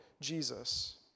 Jesus